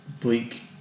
bleak